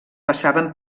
passaven